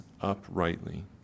uprightly